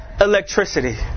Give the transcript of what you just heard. electricity